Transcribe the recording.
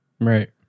Right